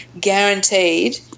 guaranteed